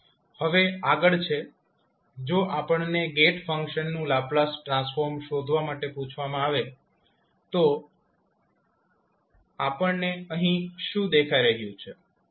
હવે આગળ છે જો આપણને ગેટ ફંક્શન નું લાપ્લાસ ટ્રાન્સફોર્મ શોધવા માટે પૂછવામાં આવે તો આપણને અહીં શું દેખાઈ રહ્યું છે